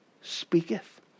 speaketh